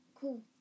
cool